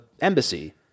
embassy